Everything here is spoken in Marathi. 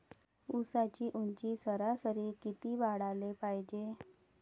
ऊसाची ऊंची सरासरी किती वाढाले पायजे?